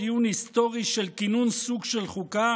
דיון היסטורי של כינון סוג של חוקה,